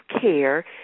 care